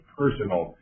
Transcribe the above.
personal